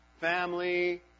family